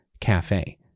Cafe